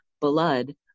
blood